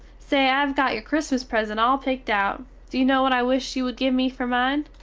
say, i have got your christmas present all pickt out, do you no what i wish you wood give me fer mine?